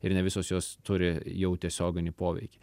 ir ne visos jos turi jau tiesioginį poveikį